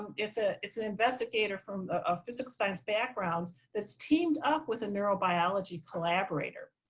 um it's ah it's an investigator from a physical science background that's teamed up with a neurobiology collaborator.